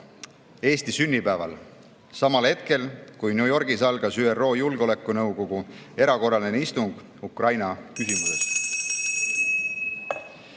Eesti sünnipäeval, samal hetkel, kui New Yorgis algas ÜRO Julgeolekunõukogu erakorraline istung Ukraina küsimuses.